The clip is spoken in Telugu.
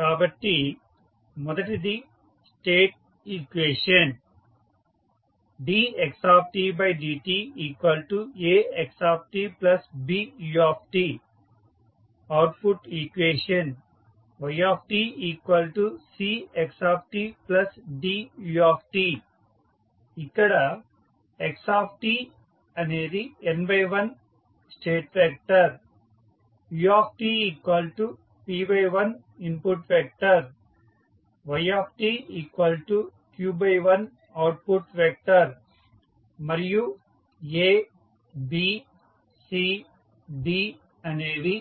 కాబట్టి మొదటిది state equation dx dt Axt But output equation yt Cxt Dut ఇక్కడ xt n × 1 state vector ut p × 1ఇన్పుట్ వెక్టార్ yt q × 1అవుట్పుట్ వెక్టార్ మరియు ABCD అనేవి